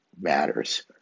matters